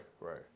right